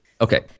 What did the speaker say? Okay